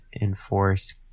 enforce